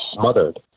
smothered